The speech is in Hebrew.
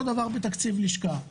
אותו דבר בתקציב לשכה.